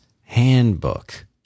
Handbook